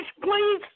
please